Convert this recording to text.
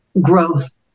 growth